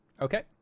okay